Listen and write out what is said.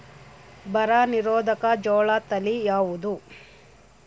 ಬರ ನಿರೋಧಕ ಜೋಳ ತಳಿ ಯಾವುದು?